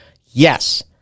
yes